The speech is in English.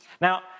Now